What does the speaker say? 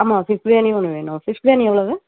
ஆமாம் ஃபிஷ் பிரியாணி ஒன்று வேணும் ஃபிஷ் பிரியாணி எவ்வளோவு